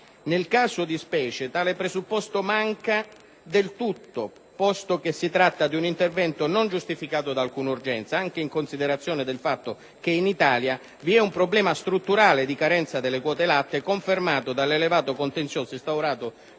Nel caso di specie tale presupposto manca del tutto, posto che si tratta di un intervento non giustificato da alcuna urgenza, anche in considerazione del fatto che in Italia vi è un problema strutturale di carenza delle quote latte, confermato dall'elevato contenzioso instaurato